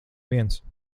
viens